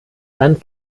dann